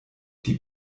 die